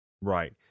Right